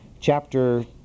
Chapter